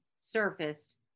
surfaced